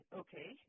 okay